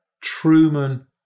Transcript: Truman